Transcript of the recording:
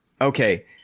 okay